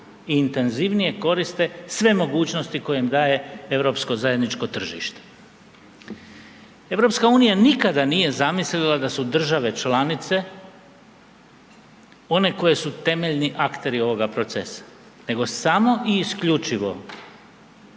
i intenzivnije koriste sve mogućnosti koje im daje europsko zajedničko tržište. EU nikada nije zamislila da su države članice one koje su temeljni akteri ovoga procesa nego samo i isključivo